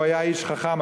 והוא היה איש חכם,